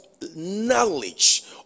knowledge